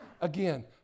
again